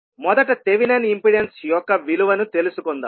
మొదట Thevenin impedance యొక్క విలువను తెలుసుకుందాం